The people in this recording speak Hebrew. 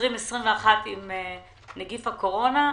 2021 עם נגיף הקורונה,